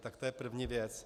Tak to je první věc.